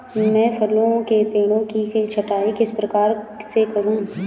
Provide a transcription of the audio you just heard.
मैं फलों के पेड़ की छटाई किस प्रकार से करूं?